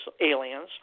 aliens